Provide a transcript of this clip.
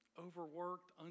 overworked